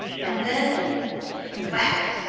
and then thwack!